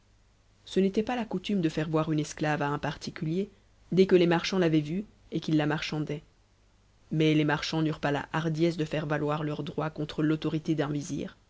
ce n'était pas la coutume de faire voir une esclave à un particulier dès que les marchands l'avaient vue et qu'ils la marchandaient mais les marchands n'eurent pas la hardiesse de faire valoir leur droit contre l'autorité d'un